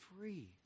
free